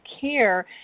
care